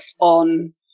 on